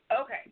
Okay